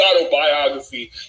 autobiography